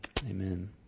amen